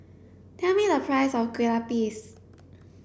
tell me the price of kueh lupis